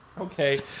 okay